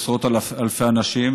עשרות אלפי אנשים,